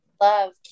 love